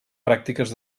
pràctiques